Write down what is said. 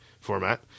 format